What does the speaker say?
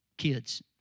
kids